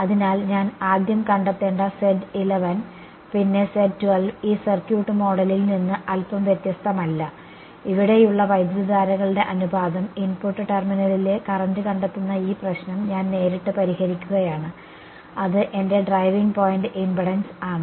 അതിനാൽ ഞാൻ ആദ്യം കണ്ടെത്തേണ്ട പിന്നെ ഈ സർക്യൂട്ട് മോഡലിൽ നിന്ന് അൽപ്പം വ്യത്യസ്തമല്ല ഇവിടെയുള്ള വൈദ്യുതധാരകളുടെ അനുപാതം ഇൻപുട്ട് ടെർമിനലിലെ കറന്റ് കണ്ടെത്തുന്ന ഈ പ്രശ്നം ഞാൻ നേരിട്ട് പരിഹരിക്കുകയാണ് അത് എന്റെ ഡ്രൈവിംഗ് പോയിന്റ് ഇംപെഡൻസ് ആണ്